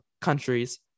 countries